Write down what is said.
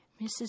Mrs